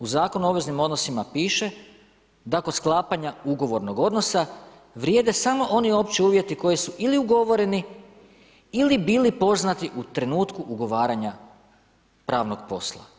U Zakonu o obveznim odnosima piše da kod sklapanja ugovornog odnosa vrijede samo oni opći uvjeti koji su ili ugovoreni ili bili poznati u trenutku ugovaranja pravnog posla.